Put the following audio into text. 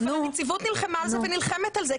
אבל הנציבות נלחמה על זה ונלחמת על זה,